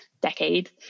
decade